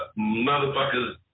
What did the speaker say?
motherfuckers